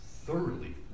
thoroughly